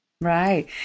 Right